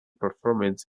performance